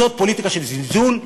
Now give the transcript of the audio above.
זאת פוליטיקה של זלזול,